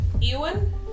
Ewan